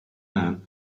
man